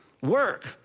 work